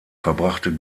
verbrachte